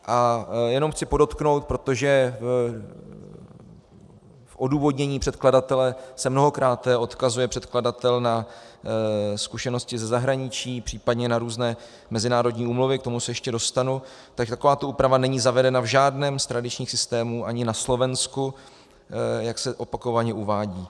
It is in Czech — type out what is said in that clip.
A jenom chci podotknout, protože v odůvodnění předkladatele se mnohokráte odkazuje předkladatel na zkušenosti ze zahraničí, případně na různé mezinárodní úmluvy, k tomu se ještě dostanu, že takováto úprava není zavedena v žádném z tradičních systémů, ani na Slovensku, jak se opakovaně uvádí.